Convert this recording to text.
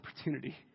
opportunity